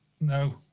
no